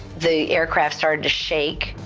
the aircraft started to shake.